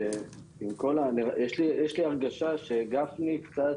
יש לי הרגשה שגפני קצת